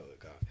god